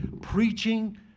preaching